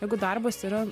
jeigu darbas yra